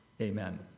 Amen